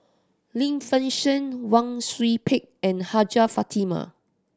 Lim Fei Shen Wang Sui Pick and Hajjah Fatimah